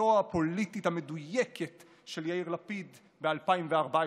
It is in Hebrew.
תחזיתו הפוליטית המדויקת של יאיר לפיד ב-2014.